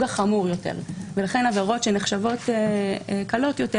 החמור יותר ולכן עבירות שנחשבות קלות יותר,